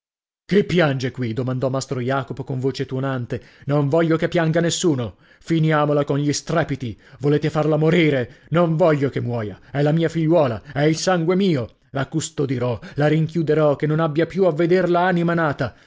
chi piange qui domandò mastro jacopo con voce tuonante non voglio che pianga nessuno finiamola con gli strepiti volete farla morire non voglio che muoia è la mia figliuola è il sangue mio la custodirò la rinchiuderò che non abbia più a vederla anima nata